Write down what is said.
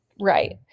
Right